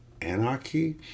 anarchy